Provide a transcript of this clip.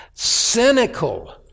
Cynical